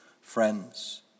friends